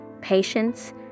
patience